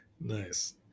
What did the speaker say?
Nice